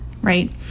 right